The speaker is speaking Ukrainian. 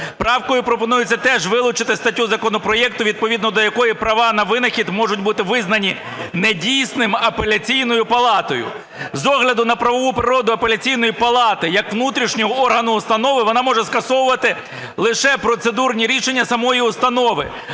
Правкою пропонується теж вилучити статтю законопроекту, відповідно до якої права на винахід можуть бути визнані не дійсним Апеляційною палатою. З огляду на правову природу Апеляційної палати, як внутрішнього органу установи, вона може скасовувати лише процедурні рішення самої установи.